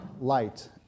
light